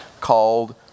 called